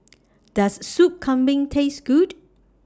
Does Soup Kambing Taste Good